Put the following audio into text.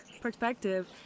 perspective